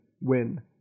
win